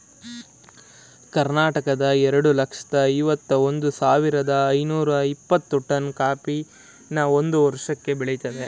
ಕರ್ನಾಟಕ ಎರಡ್ ಲಕ್ಷ್ದ ಐವತ್ ಒಂದ್ ಸಾವಿರ್ದ ಐನೂರ ಇಪ್ಪತ್ತು ಟನ್ ಕಾಫಿನ ಒಂದ್ ವರ್ಷಕ್ಕೆ ಬೆಳಿತದೆ